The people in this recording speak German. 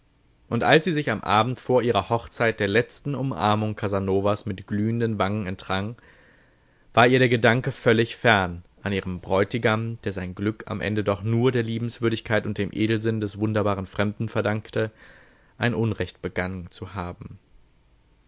und als sie sich am abend vor ihrer hochzeit der letzten umarmung casanovas mit glühenden wangen entrang war ihr der gedanke völlig fern an ihrem bräutigam der sein glück am ende doch nur der liebenswürdigkeit und dem edelsinn des wunderbaren fremden verdankte ein unrecht begangen zu haben